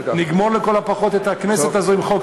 נגמור את הכנסת הזו לכל הפחות עם חוק